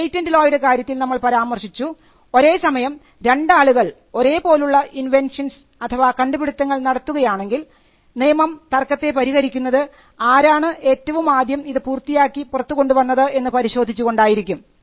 patent law യുടെ കാര്യത്തിൽ നമ്മൾ പരാമർശിച്ചു ഒരേസമയം രണ്ടാളുകൾ ഒരേപോലുള്ള ഇൻവെൻഷൻസ് കണ്ടുപിടുത്തങ്ങൾ നടത്തുകയാണെങ്കിൽ നിയമം തർക്കത്തെ പരിഹരിക്കുന്നത് ആരാണ് ഏറ്റവും ആദ്യം ഇത് പൂർത്തിയാക്കി പുറത്തു കൊണ്ടു വന്നത് എന്ന് പരിശോധിച്ച് കൊണ്ടായിരിക്കും